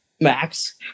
Max